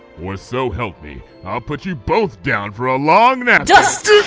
or so help me i'll put you both down for a long na